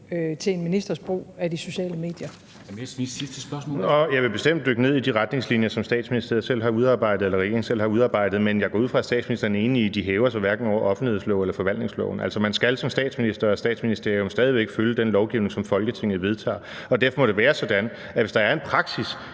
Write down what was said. Morten Messerschmidt (DF): Jeg vil bestemt dykke ned i de retningslinjer, som regeringen selv har udarbejdet, men jeg går ud fra, at statsministeren er enig i, at de hverken hæver sig over offentlighedsloven eller forvaltningsloven. Altså, man skal som statsminister og statsministerium stadig væk følge den lovgivning, som Folketinget vedtager. Og derfor må det være sådan, at hvis der er en praksis